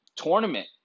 tournament